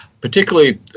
particularly